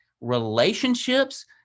Relationships